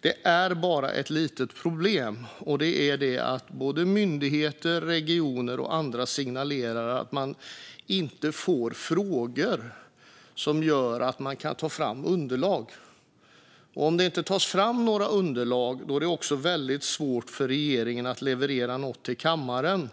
Det är bara ett litet problem, och det är att både myndigheter och regioner och andra signalerar att man inte får frågor som gör att man kan ta fram underlag, och om det inte tas fram några underlag är det svårt för regeringen att leverera något till kammaren.